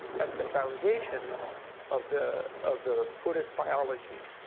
that's the foundation of the of the buddhist biology.